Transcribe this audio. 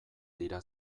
dira